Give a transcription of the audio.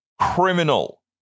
criminal